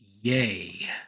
Yay